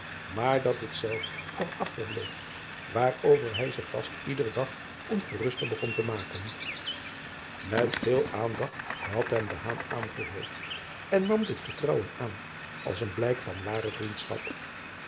maar dat hetzelve nog achter bleef waarover hij zich vast ieder dag ongeruster begon te maken et veel aandacht had hem aangehoord en nam dit vertrouwen aan als een blijk van ware vriendschap